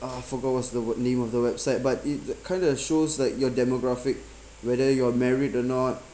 ah forgot what's the word name of the website but it kind of shows like your demographic whether you're married or not